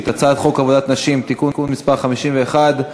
הצעת חוק עבודת נשים (תיקון מס' 51),